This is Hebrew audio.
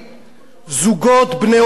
זוגות בני אותו מין